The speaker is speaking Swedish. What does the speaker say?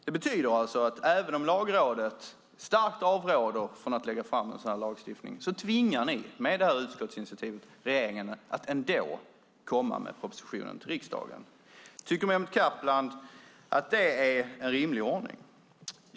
Det betyder alltså att även om Lagrådet starkt avråder från att lägga fram en sådan lagstiftning tvingar ni med utskottsinitiativet regeringen att ändå komma med en proposition till riksdagen. Tycker Mehmet Kaplan att det är en rimlig ordning?